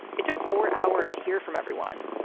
it took four hours to hear from everyone,